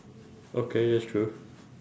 okay that's true